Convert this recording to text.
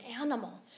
animal